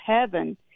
heaven